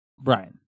Brian